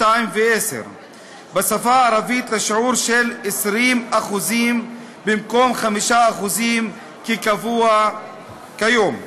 ו־10 בשפה הערבית לשיעור של 20% במקום 5% כקבוע כיום.